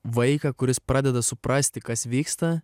vaiką kuris pradeda suprasti kas vyksta